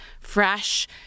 fresh